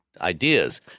ideas